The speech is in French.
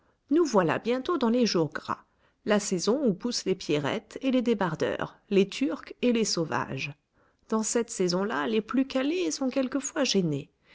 nous voilà bientôt dans les jours gras la saison où poussent les pierrettes et les débardeurs les turcs et les sauvages dans cette saison là les plus calés sont quelquefois gênés